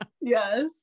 yes